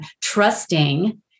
trusting